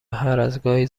هرازگاهی